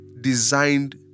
designed